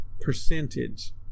percentage